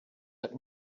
but